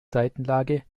seitenlage